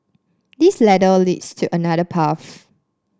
this ladder leads to another path